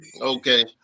Okay